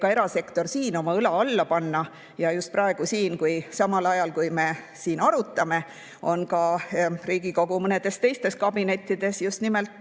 et erasektor võib ka siin oma õla alla panna. Just praegu, samal ajal, kui me siin arutame, on Riigikogu mõnedes teistes kabinettides just nimelt